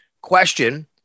question